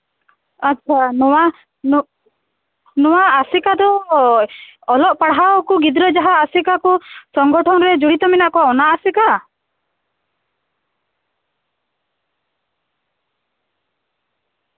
ᱟᱪᱪᱷᱟ ᱱᱚᱣᱟ ᱱᱚᱣᱟ ᱟᱥᱮᱠᱟ ᱫᱚ ᱚᱞᱚᱜ ᱯᱟᱲᱦᱟᱣ ᱠᱚ ᱜᱤᱫᱽᱨᱟᱹ ᱡᱟᱦᱟᱸ ᱟᱥᱮᱠᱟ ᱠᱚ ᱥᱚᱝᱜᱚᱴᱷᱚᱱ ᱨᱮ ᱡᱚᱲᱤᱛᱚ ᱢᱮᱱᱟᱜ ᱠᱚᱣᱟ ᱚᱱᱟ ᱟᱥᱮᱠᱟ